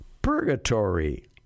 purgatory